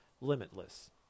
limitless